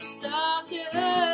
softer